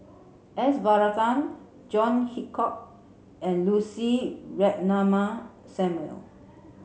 S Varathan John Hitchcock and Lucy Ratnammah Samuel